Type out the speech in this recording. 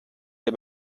lès